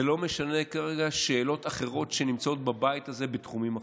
זה לא משנה כרגע שאלות אחרות שנמצאות בבית הזה בתחומים אחרים.